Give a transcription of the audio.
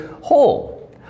whole